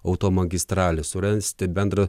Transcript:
automagistralę surasti bendrą